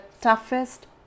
toughest